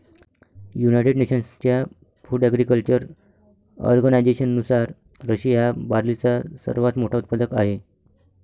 United नेशन्सच्या food agriculture ऑर्गनायझेशननुसार, Russia हा बार्लीचा सर्वात मोठा उत्पादक आहे